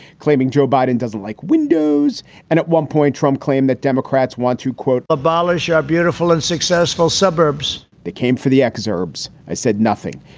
claiming joe biden doesn't like windows and at one point, trump claimed that democrats want to, quote, abolish a beautiful and successful suburbs they came for the exurbs. i said nothing.